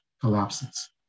collapses